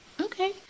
Okay